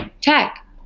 Tech